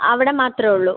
അവിടെ മാത്രമേ ഉള്ളൂ